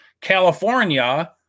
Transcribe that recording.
California